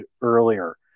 earlier